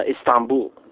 Istanbul